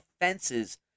offenses